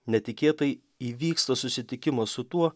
netikėtai įvyksta susitikimas su tuo